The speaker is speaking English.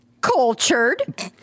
cultured